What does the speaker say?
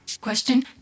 Question